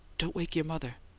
don't wake your mother.